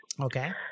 Okay